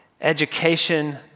education